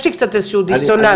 יש לי קצת איזשהו דיסוננס,